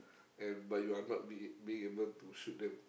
and but you are not be being able to shoot them